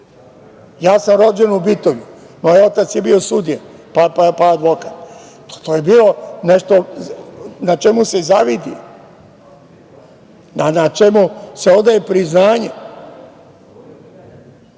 Ja sam rođen u Bitolju. Moj otac je bio sudija pa advokat. To je bilo nešto na čemu se zavidi, na čemu se odaje priznanje.